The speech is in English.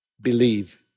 believe